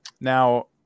Now